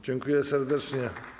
Dziękuję serdecznie.